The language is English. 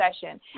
session